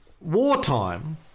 wartime